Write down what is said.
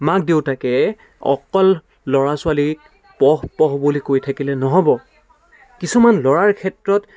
মাক দেউতাকে অকল ল'ৰা ছোৱালীক পঢ় পঢ় বুলি কৈ থাকিলে নহ'ব কিছুমান ল'ৰাৰ ক্ষেত্ৰত